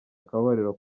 akabariro